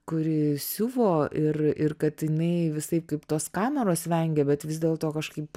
kuri siuvo ir ir kad jinai visaip kaip tos kameros vengia bet vis dėlto kažkaip